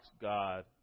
God